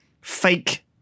fake